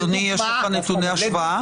אדוני, יש לך נתוני השוואה?